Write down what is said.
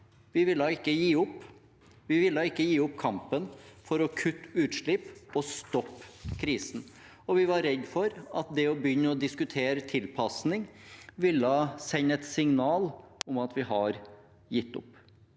vi ville ikke gi opp kampen for å kutte utslipp og stoppe krisen, og vi var redd for at det å begynne å diskutere tilpasning ville sende et signal om at vi har gitt opp.